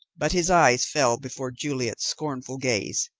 but his eyes fell before juliet's scornful gaze,